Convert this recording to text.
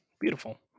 Beautiful